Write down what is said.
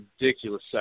ridiculous